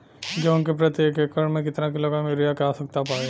गेहूँ के प्रति एक एकड़ में कितना किलोग्राम युरिया क आवश्यकता पड़ी?